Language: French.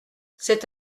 c’est